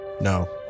No